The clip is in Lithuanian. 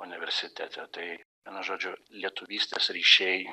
universitete tai vienu žodžiu lietuvystės ryšiai